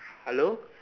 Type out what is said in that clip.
hello